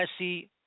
Messi